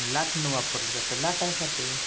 लाटणं वापरलं जातं लाटायसाठी